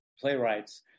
Playwrights